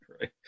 Right